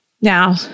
Now